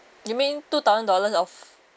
you mean two thousand dollars of